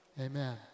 Amen